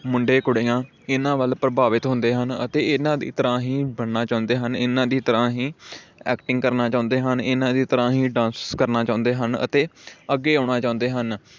ਮੁੰਡੇ ਕੁੜੀਆਂ ਇਨ੍ਹਾਂ ਵੱਲ ਪ੍ਰਭਾਵਿਤ ਹੁੰਦੇ ਹਨ ਅਤੇ ਇਨ੍ਹਾਂ ਦੀ ਤਰ੍ਹਾਂ ਹੀ ਬਣਨਾ ਚਾਹੁੰਦੇ ਹਨ ਇਨ੍ਹਾਂ ਦੀ ਤਰ੍ਹਾਂ ਹੀ ਐਕਟਿੰਗ ਕਰਨਾ ਚਾਹੁੰਦੇ ਹਨ ਇਨ੍ਹਾਂ ਦੀ ਤਰ੍ਹਾਂ ਹੀ ਡਾਂਸ ਕਰਨਾ ਚਾਹੁੰਦੇ ਹਨ ਅਤੇ ਅੱਗੇ ਆਉਣਾ ਚਾਹੁੰਦੇ ਹਨ